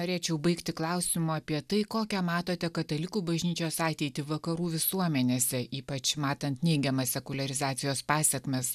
norėčiau baigti klausimu apie tai kokią matote katalikų bažnyčios ateitį vakarų visuomenėse ypač matant neigiamas sekuliarizacijos pasekmes